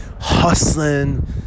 hustling